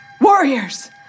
Warriors